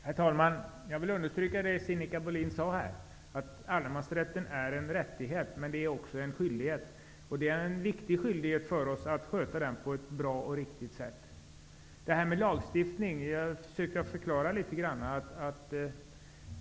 Herr talman! Jag vill understryka det Sinikka Bohlin här sade, nämligen att allemansrätten är en rättighet men också en skyldighet. Det är en viktig skyldighet för oss att sköta den på ett bra och riktigt sätt. Det här med lagstiftning försökte jag förklara.